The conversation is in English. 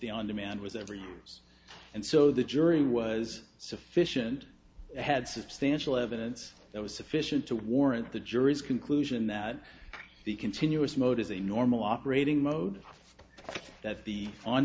the on demand was every news and so the jury was sufficient had substantial evidence that was sufficient to warrant the jury's conclusion that the continuous mode is a normal operating mode that the on